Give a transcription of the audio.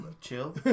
chill